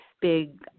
big